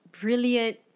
brilliant